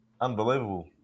unbelievable